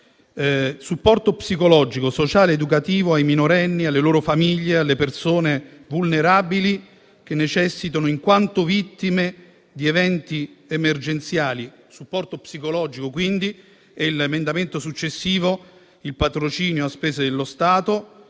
supporto psicologico, sociale, educativo ai minorenni, alle loro famiglie, alle persone vulnerabili che necessitano, in quanto vittime di eventi emergenziali, supporto psicologico. L'emendamento successivo riguarda il patrocinio a spese dello Stato